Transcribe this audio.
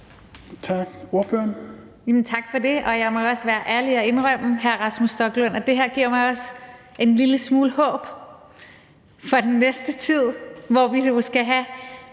Rosa Lund (EL): Tak for det, og jeg må også være ærlig og indrømme, hr. Rasmus Stoklund, at det her også giver mig en lille smule håb for den næste tid, hvor vi jo nok skal have